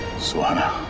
suhana